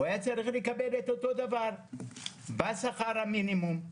והוא היה צריך לקבל את אותו דבר בשכר המינימום.